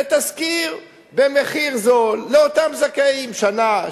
ותשכיר במחיר זול לאותם זכאים שנה,